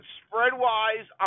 spread-wise